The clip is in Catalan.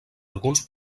alguns